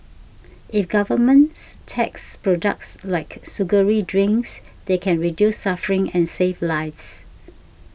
if governments tax products like sugary drinks they can reduce suffering and save lives